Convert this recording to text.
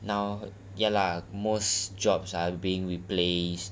now ya lah most jobs are being replaced